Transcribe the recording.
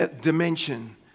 dimension